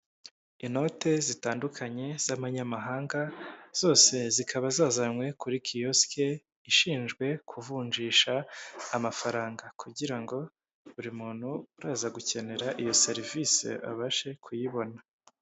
Inote zitandukanye z'amanyamahanga zose zikaba zazanywe kuri kiyosike ,ishinzwe kuvunjisha amafaranga kugira ngo buri muntu uraza gukenera iyo serivisi abashe kuyibona.